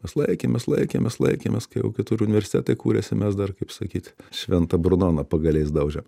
mes laikėmės laikėmės laikėmės kai jau kitur universitetai kūrėsi mes dar kaip sakyt šventą brunoną pagaliais daužė